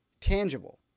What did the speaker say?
tangible